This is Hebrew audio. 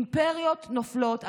אימפריות נופלות,